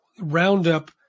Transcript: Roundup